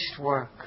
work